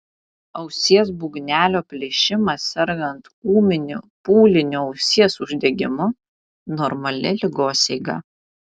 ausies būgnelio plyšimas sergant ūminiu pūliniu ausies uždegimu normali ligos eiga